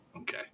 Okay